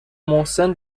محسن